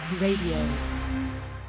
Radio